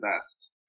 best